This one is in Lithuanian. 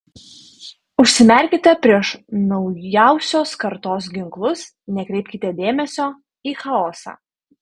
užsimerkite prieš naujausios kartos ginklus nekreipkite dėmesio į chaosą